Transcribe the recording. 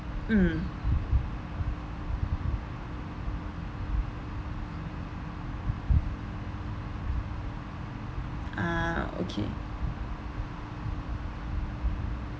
mm ah okay